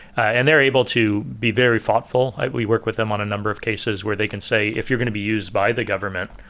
and they're able to be very thoughtful. we work with them on a number of cases where they can say, if you're going to be used by the government,